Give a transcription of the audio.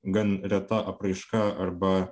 gan reta apraiška arba